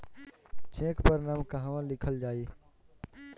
Check पर नाम कहवा लिखल जाइ?